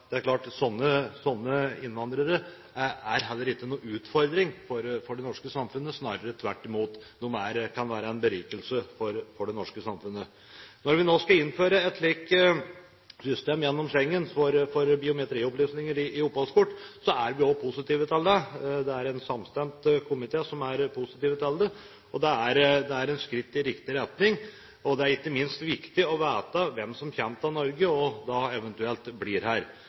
Det er klart at sånne innvandrere er heller ikke noen utfordring for det norske samfunnet. Snarere tvert imot, de kan være en berikelse for det norske samfunnet. Når vi nå skal innføre et slikt system gjennom Schengen for biometriopplysninger i oppholdskort, er vi positive til det. Det er en samstemt komité som er positiv til det. Det er et skritt i riktig retning. Det er ikke minst viktig å vite hvem som kommer til Norge – og eventuelt blir her.